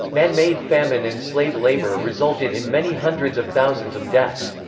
man-made famine and slave labor resulted in many hundreds of thousands of deaths.